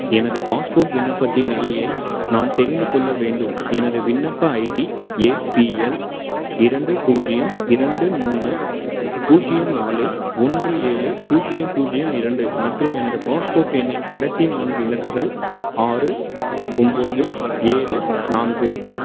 எனது பாஸ்போர்ட் விண்ணப்பத்தின் நிலையை நான் தெரிந்துக் கொள்ள வேண்டும் எனது விண்ணப்ப ஐடி ஏபிஎல் இரண்டு பூஜ்ஜியம் இரண்டு மூணு பூஜ்ஜியம் நாலு ஒன்று ஏழு பூஜ்ஜியம் பூஜ்ஜியம் இரண்டு மற்றும் எனது பாஸ்போர்ட் எண்ணின் கடைசி நான்கு இலக்குகள் ஆறு ஒம்பது ஏழு நான்கு